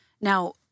Now